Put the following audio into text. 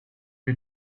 you